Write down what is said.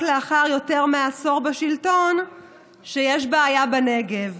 לאחר יותר מעשור בשלטון שיש בעיה בנגב.